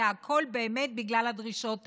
והכול באמת בגלל הדרישות האלה.